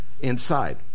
inside